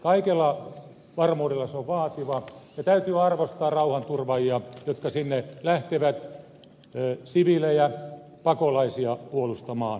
kaikella varmuudella se on vaativa ja täytyy arvostaa rauhanturvaajia jotka sinne lähtevät siviilejä ja pakolaisia puolustamaan